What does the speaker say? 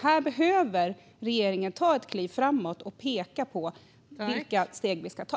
Här behöver regeringen ta ett kliv framåt och peka på vilka steg vi ska ta.